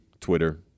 Twitter